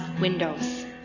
windows